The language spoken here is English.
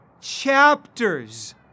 chapters